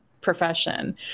profession